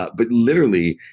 but but literally,